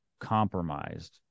compromised